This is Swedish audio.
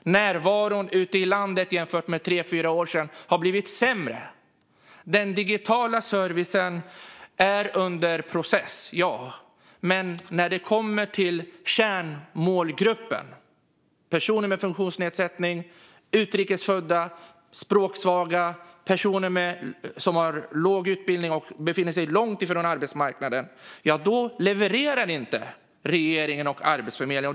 Närvaron ute i landet jämfört med för tre fyra år sedan har blivit sämre. Den digitala servicen är under process, ja. Men när det kommer till kärnmålgruppen - personer med funktionsnedsättning, utrikes födda, språksvaga och personer som har låg utbildning och befinner sig långt ifrån arbetsmarknaden - levererar inte regeringen och Arbetsförmedlingen.